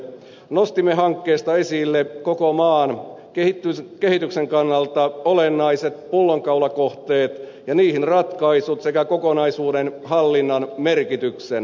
nostimme hankkeista esille koko maan kehityksen kannalta olennaiset pullonkaulakohteet ja niihin ratkaisut sekä kokonaisuuden hallinnan merkityksen